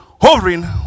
hovering